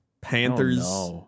Panthers